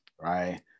right